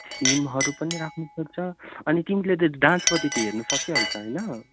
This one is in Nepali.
थिमहरू पनि राख्नु पर्छ अनि तिमीले त डान्सपट्टि त हेर्नु सकिहाल्छ होइन